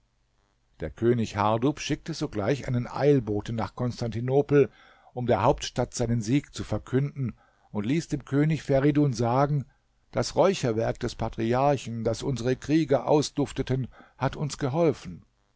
der könig hardub schickte sogleich einen eilboten nach konstantinopel um der hauptstadt seinen sieg zu verkünden und ließ dem könig feridun sagen das räucherwerk des patriarchen das unsere krieger ausdufteten hat uns geholfen